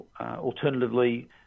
Alternatively